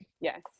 yes